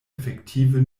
efektive